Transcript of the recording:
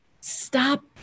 Stop